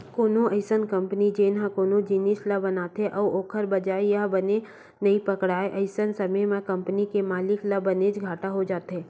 कोनो अइसन कंपनी जेन ह कोनो जिनिस ल बनाथे अउ ओखर बजार ह बने नइ पकड़य अइसन समे म कंपनी के मालिक ल बनेच घाटा हो जाथे